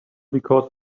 because